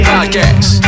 Podcast